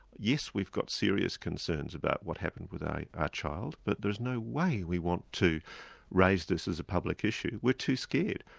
yes, we've got serious concerns about what happened with our child but there is no way we want to raise this as a public issue, we're too scared.